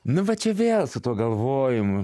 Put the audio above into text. nu va čia vėl su tuo galvojimu